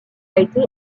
été